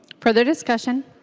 further discussion?